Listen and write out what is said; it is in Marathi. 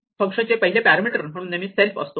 फंक्शनचे पहिले पॅरामीटर म्हणून नेहमी सेल्फ असतो